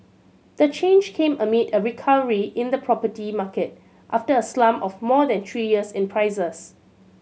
the change came amid a recovery in the property market after a slump of more than three years in prices